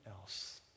else